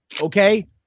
okay